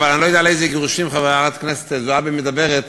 אני לא יודע על איזה גירושים חברת הכנסת זועבי מדברת,